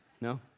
No